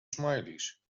smileys